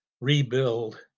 rebuild